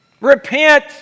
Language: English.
Repent